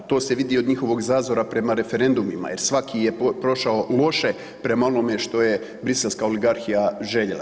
To se vidi od njihovog zazora prema referendumima jer svaki je prošao loše prema onome što je briselska oligarhija željela.